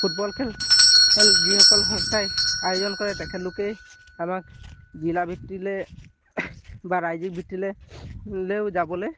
football খেল খেল যিসকল সংস্থাই আয়োজন কৰে তেখেতলোকেই আমাক জিলা ভিত্তিলৈ বা ৰাজ্যিক ভিত্তিলৈও যাবলৈ